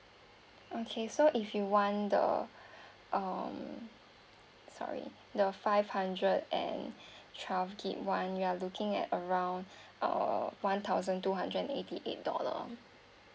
okay so if you want the um sorry the five hundred and twelve GB [one] you are looking at around uh one thousand two hundred and eighty eight dollar